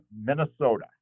Minnesota